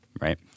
right